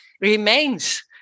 remains